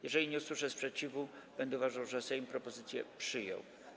Jeżeli nie usłyszę sprzeciwu, będę uważał, że Sejm propozycję przyjął.